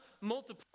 multiply